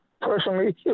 personally